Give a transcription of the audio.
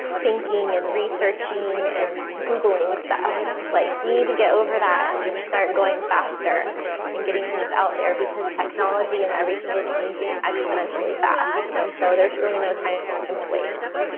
thinking and researching and googling stuff. like we need to get over that and just start going faster and getting things out there because technology and everything is changing exponentially fast. and so there's really no time um to waste.